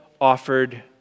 offered